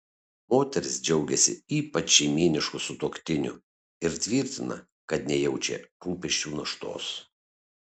moteris džiaugiasi ypač šeimynišku sutuoktiniu ir tvirtina kad nejaučia rūpesčių naštos